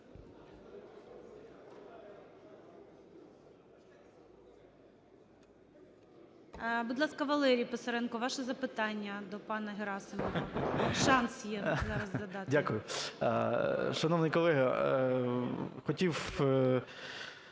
Дякую. Шановний колего, хотів